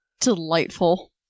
Delightful